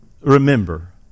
remember